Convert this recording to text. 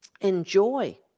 enjoy